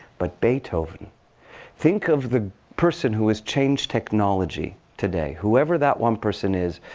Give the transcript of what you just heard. but beethoven think of the person who has changed technology today, whoever that one person is,